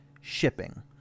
shipping